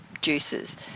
juices